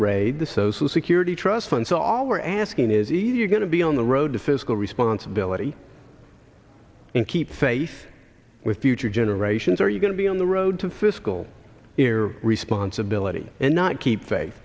raid the social security trust fund so all we're asking is either you're going to be on the road to fiscal responsibility and keep faith with future generations are you going to be on the road to fiscal responsibility and not keep fa